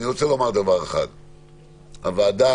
הוועדה